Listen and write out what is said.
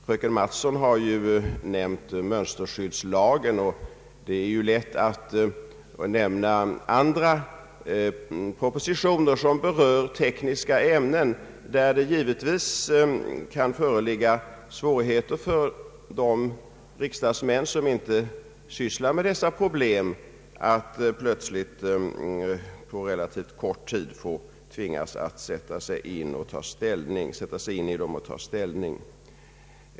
Fröken Mattson har ju här nämnt mönsterskyddslagen, och det är ju lätt att nämna andra propositioner som berör tekniska ämnen. I detta fall kan det givetvis föreligga svårigheter för de riksdagsmän som inte sysslar med dessa problem att plötsligt på relativt kort tid tvingas att sätta sig in i frågorna och att ta ställning.